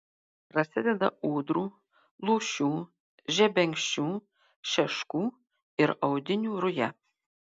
prasideda ūdrų lūšių žebenkščių šeškų ir audinių ruja